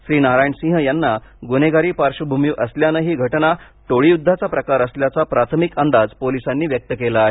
श्रीनारायण सिंह यांना गुन्हेगारी पार्श्वभूमी असल्यानं ही घटना टोळीयुद्धाचा प्रकार असल्याचा प्राथमिक अंदाज पोलिसांनी व्यक्त केला आहे